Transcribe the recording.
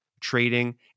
trading